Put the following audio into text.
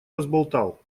разболтал